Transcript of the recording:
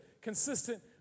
consistent